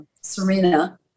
Serena